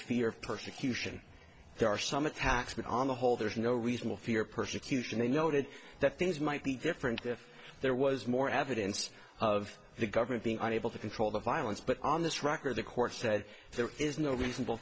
of persecution there are some attacks but on the whole there's no reason to fear persecution they noted that things might be different if there was more evidence of the government being unable to control the violence but on this record the court said there is no reasonable